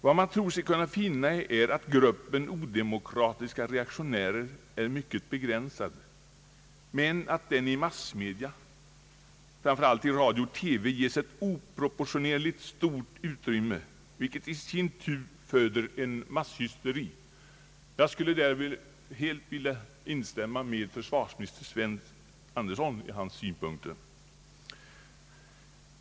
Vad man tror sig kunna finna är att gruppen odemokratiska reaktionärer är mycket begränsad, men att den i massmedia framför allt i radio och TV — ges oproportionerligt stort utrymme, vilket i sin tur föder en masshysteri. Jag skulle helt vilja instämma med försvarsminister Sven Andersson i hans synpunkter härpå.